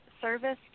Service